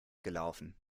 gelaufen